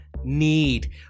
need